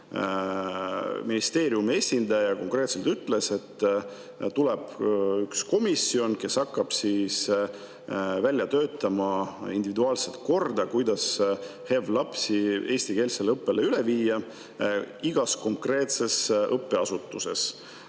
ministeeriumi esindaja konkreetselt ütles, et [luuakse] komisjon, kes hakkab välja töötama individuaalset korda, kuidas HEV lapsi eestikeelsele õppele üle viia igas konkreetses õppeasutuses.